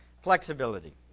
Flexibility